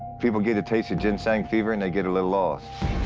people get a taste of ginseng fever, and they get a little lost.